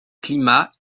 climat